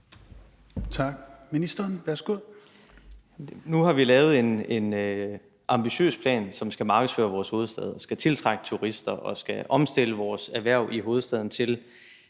(Simon Kollerup): Nu har vi lavet en ambitiøs plan, som skal markedsføre vores hovedstad, tiltrække turister og omstille de erhverv i hovedstaden til